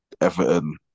Everton